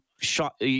shot